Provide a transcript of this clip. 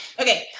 Okay